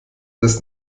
das